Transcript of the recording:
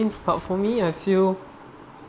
but for me I feel